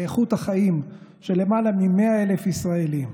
באיכות החיים של למעלה מ-100,000 ישראלים.